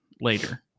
later